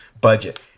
budget